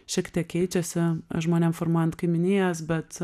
šiek tiek keičiasi žmonėm formuojant kaimynijas bet